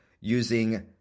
using